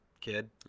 kid